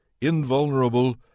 invulnerable